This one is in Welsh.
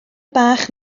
bach